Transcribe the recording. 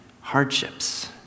hardships